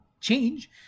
change